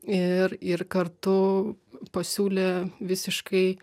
ir ir kartu pasiūlė visiškai